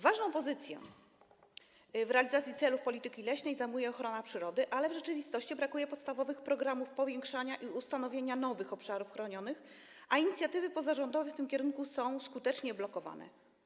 Ważną pozycję w realizacji celów polityki leśnej zajmuje ochrona przyrody, ale w rzeczywistości brakuje podstawowych programów powiększania i ustanawiania nowych obszarów chronionych, a inicjatywy pozarządowe w tym kierunku są skutecznie blokowane.